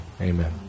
Amen